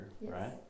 right